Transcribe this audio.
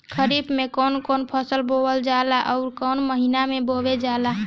खरिफ में कौन कौं फसल बोवल जाला अउर काउने महीने में बोवेल जाला?